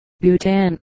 Bhutan